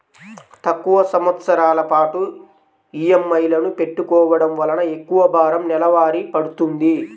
తక్కువ సంవత్సరాల పాటు ఈఎంఐలను పెట్టుకోవడం వలన ఎక్కువ భారం నెలవారీ పడ్తుంది